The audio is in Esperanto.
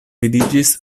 vidiĝis